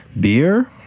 beer